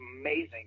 amazing